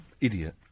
Idiot